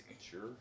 Sure